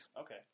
Okay